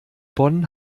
bonn